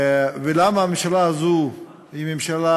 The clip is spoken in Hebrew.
ולמה הממשלה הזאת היא ממשלה